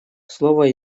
слово